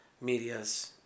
medias